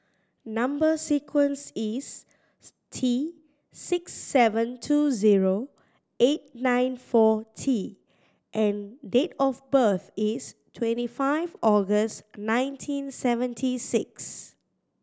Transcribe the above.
number sequence is T six seven two zero eight nine four T and date of birth is twenty five August nineteen seventy six